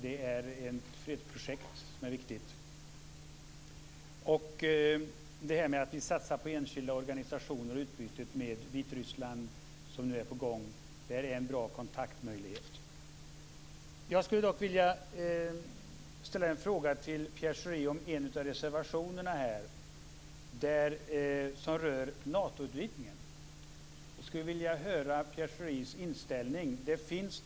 Det är ett fredsprojekt som är viktigt. Detta att vi satsar på enskilda organisationer och det utbyte med Vitryssland som nu är på gång ger bra kontaktmöjligheter. Schori om en av reservationerna här. Den rör Natoutvidgningen. Jag skulle vilja höra Pierre Schoris inställning till detta.